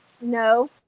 No